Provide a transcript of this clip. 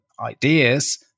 ideas